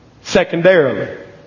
secondarily